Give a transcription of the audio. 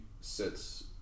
sits